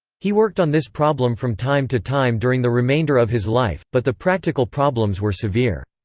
he worked on this problem from time to time during the remainder of his life, but the practical problems were severe.